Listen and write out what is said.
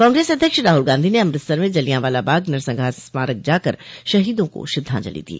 कांग्रेस अध्यक्ष राहुल गांधी ने अमृतसर में जलियांवाला बाग नरसंहार स्मारक जाकर शहीदों को श्रद्धांजलि दी